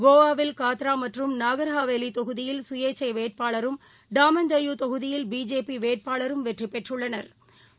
கோவாவில் காத்ரா மற்றும் நாகா்ஹாவேலிதொகுதியில் கயேச்சைவேட்பாளரும் டாமன்டையூ தொகுதியில் பிஜேபிவேட்பாளரும் வெற்றிபெற்றுள்ளனா்